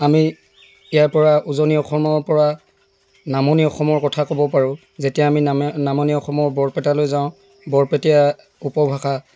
আমি ইয়াৰপৰা উজনি অসমৰপৰা নামনি অসমৰ কথা ক'ব পাৰোঁ যেতিয়া আমি নামনি অসমৰ বৰপেটালৈ যাওঁ বৰপেটীয়া উপভাষা